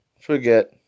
forget